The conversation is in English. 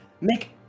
make